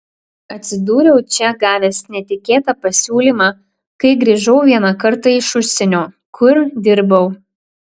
atsidūriau čia gavęs netikėtą pasiūlymą kai grįžau vieną kartą iš užsienio kur dirbau